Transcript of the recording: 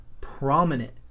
prominent